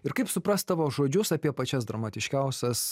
ir kaip suprast tavo žodžius apie pačias dramatiškiausias